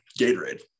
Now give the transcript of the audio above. Gatorade